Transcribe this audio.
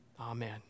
Amen